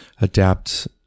adapt